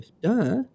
Duh